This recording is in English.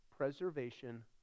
Preservation